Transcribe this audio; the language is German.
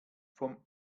vom